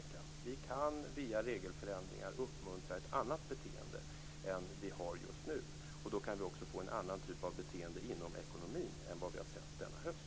Vi kan via regelförändringar uppmuntra ett annat beteende än vad vi har just nu. Då kan vi också få en annan typ av beteende inom ekonomin än vad vi har sett denna höst.